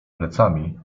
plecami